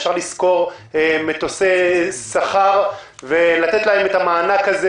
אפשר לשכור מטוסי סחר ולתת להם את המענק הזה,